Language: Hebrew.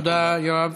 תודה, יואב.